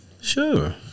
Sure